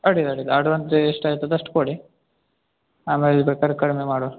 ಅಡ್ಡಿಲ್ಲ ಅಡ್ಡಿಲ್ಲ ಅಡ್ವಾನ್ಸ್ ಎಷ್ಟು ಆಯ್ತದೆ ಅಷ್ಟು ಕೊಡಿ ಆಮೇಲೆ ಬೇಕಾದ್ರೆ ಕಡಿಮೆ ಮಾಡುವ